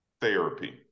therapy